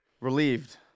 Relieved